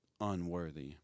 unworthy